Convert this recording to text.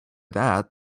that